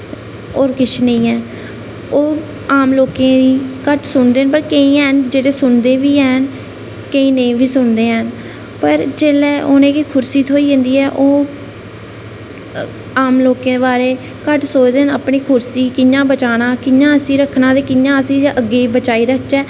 होर किश नेईं ऐ ओह् आम लोकें दी घट्ट सुनदे न पर केईं हैन जेह्ड़े सुनदे बी हैन केईं नेईं बी सुनदे हैन पर जेल्लै उ'नेंगी कुर्सी थ्होई जंदी ऐ ओह् आम लोकें दे बारे ई घट्ट सोचदे न अपनी कुर्सी गी कि'यां बचाना कि'यां इसी रक्खना ते कियां इसी अग्गें ई बचाई रक्खचै